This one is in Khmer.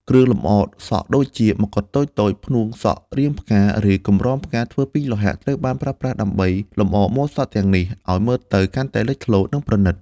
គ្រឿងលម្អសក់ដូចជា ម្កុដតូចៗ ផ្នួងសក់រាងផ្កា ឬកម្រងផ្កាធ្វើពីលោហៈ ត្រូវបានប្រើប្រាស់ដើម្បីលម្អម៉ូដសក់ទាំងនេះ ឱ្យមើលទៅកាន់តែលេចធ្លោ និងប្រណីត។